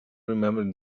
remember